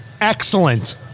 excellent